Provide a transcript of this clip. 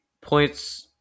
points